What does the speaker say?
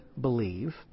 believe